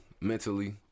mentally